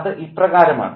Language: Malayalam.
അത് ഇപ്രകാരമാണ്